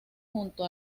junto